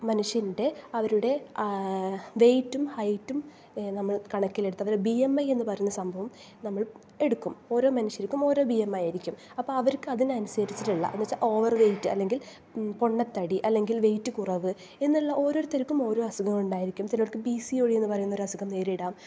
മനുഷ്യൻ്റെ അവരുടെ വെയ്റ്റും ഹൈറ്റും നമ്മൾ കണക്കിലെടുത്ത് ബി എം ഐ എന്ന പറയുന്ന സംഭവം നമ്മൾ എടുക്കും ഓരോ മനുഷ്യർക്ക് ഓരോ ബി എം ഐ ആയിരിക്കും അപ്പം അവർക്ക് അതിനനുസരിച്ചിട്ടുള്ള എന്ന് വച്ചാൽ ഓവർ വെയ്റ്റ് അല്ലെങ്കിൽ പൊണ്ണത്തടി അല്ലെങ്കിൽ വെയ്റ്റ് കുറവ് എന്നുള്ള ഓരോരുത്തർക്കും ഓരോ അസുഖം ഉണ്ടായിരിക്കും ചിലർക്ക് പി സി ഓ ഡി എന്ന പറയുന്ന ഒരു അസുഖം നേരിടാം